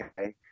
okay